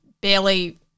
barely